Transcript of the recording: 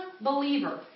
believer